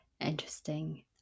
interesting